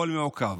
הכול מעוכב.